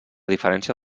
diferència